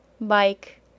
bike